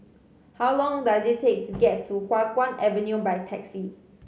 how long does it take to get to Hua Guan Avenue by taxi